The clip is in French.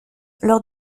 lors